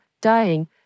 dying